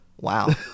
Wow